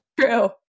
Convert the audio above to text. True